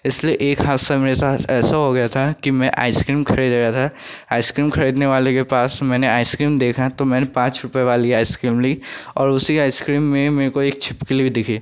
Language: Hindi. इसलिए एक हादसा मेरे साथ ऐसा हो गया था कि मैं आइसक्रीम खाने गया था आइसक्रीम खरीदने वाले के पास मैंने आइसक्रीम देखा तो मैंने पाँच रुपये वाली आइसक्रीम ली और उसी आइसक्रीम में मेरे को एक छिपकली दिखी